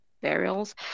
burials